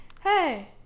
hey